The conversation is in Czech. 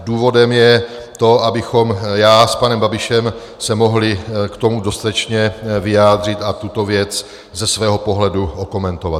Důvodem je to, abychom se já s panem Babišem mohli k tomu dostatečně vyjádřit a tuto věc ze svého pohledu okomentovat.